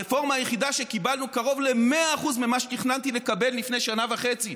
הרפורמה היחידה שקיבלנו קרוב למאה אחוז ממה שתכננתי לקבל לפני שנה וחצי,